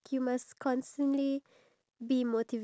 uh you know they have the trailer